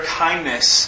kindness